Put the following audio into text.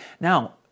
Now